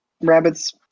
Rabbit's